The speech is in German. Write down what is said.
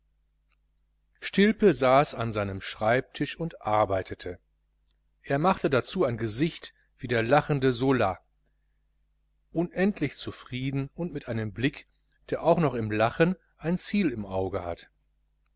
stilpe saß an seinem schreibtisch und arbeitete er machte dazu ein gesicht wie der lachende zola unendlich zufrieden und mit einem blick der auch noch im lachen ein ziel im auge hat